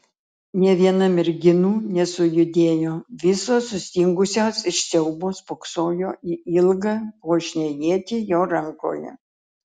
nė viena merginų nesujudėjo visos sustingusios iš siaubo spoksojo į ilgą puošnią ietį jo rankoje